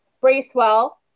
Bracewell